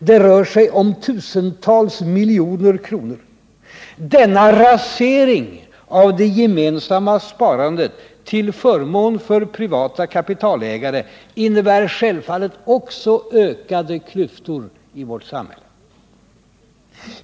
Det rör sig om tusentals miljoner kronor. Denna rasering av det gemensamma sparandet till förmån för privata kapitalägare innebär självfallet också ökade klyftor i vårt samhälle.